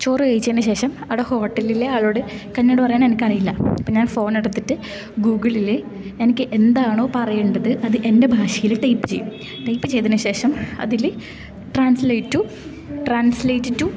ചോറ് കഴിച്ചതിനു ശേഷം അവിടെ ഹോട്ടലിലെ ആളോട് കന്നഡ പറയാൻ എനിക്ക് അറിയില്ല അപ്പ ഞാൻ ഫോണെടുത്തിട്ട് ഗൂഗിളില് എനിക്ക് എന്താണോ പറയേണ്ടത് അത് എൻ്റെ ഭാഷയില് ടൈപ്പ് ചെയ്യും ടൈപ്പ് ചെയ്തതിന് ശേഷം അതില് ട്രാൻസ്ലേറ്റു ട്രാൻസ്ലേറ്റ് ടു